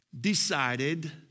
decided